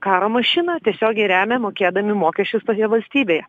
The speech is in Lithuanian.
karo mašiną tiesiogiai remia mokėdami mokesčius tokia valstybė